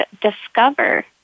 discover